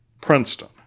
Princeton